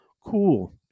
Cool